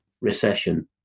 recession